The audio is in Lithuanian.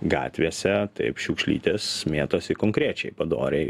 gatvėse taip šiukšlytės mėtosi konkrečiai padoriai